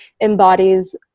embodies